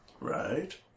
right